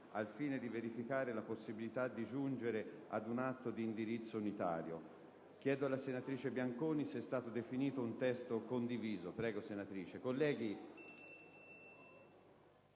al fine di verificare la possibilità di giungere ad un atto di indirizzo unitario. Chiedo alla senatrice Bianconi se è stato definito un testo condiviso.